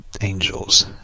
angels